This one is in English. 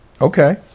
Okay